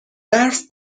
برف